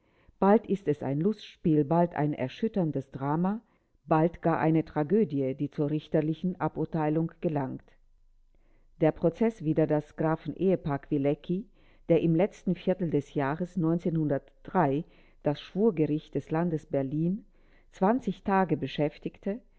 bald ist es ein lustspiel bald ein erschütterndes drama bald gar eine tragödie die zur richterlichen aburteilung gelangt der prozeß wider das grafen ehepaar kwilecki der im letzten viertel des jahres das schwurgericht des landgerichts berlin i zwanzig tage beschäftigte